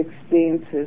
experiences